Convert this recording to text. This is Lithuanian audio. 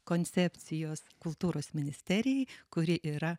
koncepcijos kultūros ministerijai kuri yra